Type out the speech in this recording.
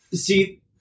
See